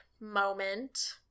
moment